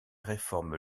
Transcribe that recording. réforme